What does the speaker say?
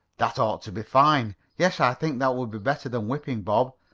that ought to be fine. yes, i think that will be better than whipping bob.